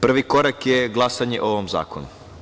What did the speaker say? Prvi korak je glasanje o ovom zakonu.